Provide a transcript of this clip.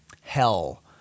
hell